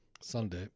Sunday